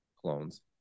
clones